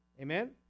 Amen